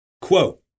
Quote